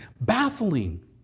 baffling